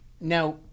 Now